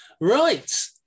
Right